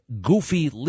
Goofy